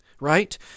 right